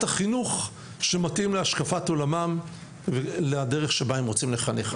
החינוך שמתאים להשקפת עולמם ולדרך שבה הם רוצים לחנך.